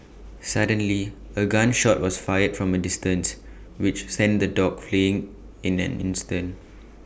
suddenly A gun shot was fired from A distance which sent the dogs fleeing in an instant